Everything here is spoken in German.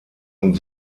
und